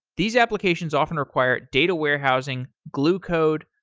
these applications often require data warehousing, glue code,